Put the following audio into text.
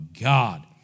God